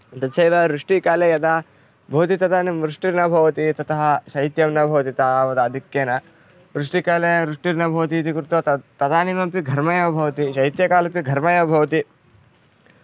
तथैव वृष्टिकालः यदा भवति तदानीं वृष्टिर्न भवति ततः शैत्यं न भवति तावद् आधिक्येन वृष्टिकाले वृष्टिर्न भवति इति कृत्वा तत् तदानीमपि घर्मः एव भवति शैत्यकालेपि घर्मः एव भवति